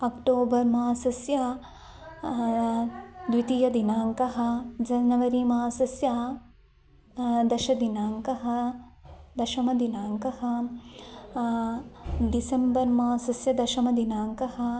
October मासस्य द्वितीयदिनाङ्कः जनवरी मासस्य दशमदिनाङ्कः दशमदिनाङ्कः डिसेम्बर् मासस्य दशमदिनाङ्कः